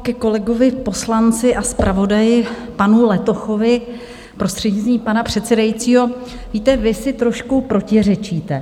Ke kolegovi poslanci a zpravodaji panu Letochovi, prostřednictvím pana předsedajícího, víte, vy si trošku protiřečíte.